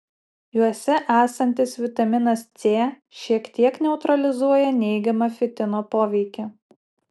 juose esantis vitaminas c šiek tiek neutralizuoja neigiamą fitino poveikį